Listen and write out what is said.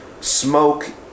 Smoke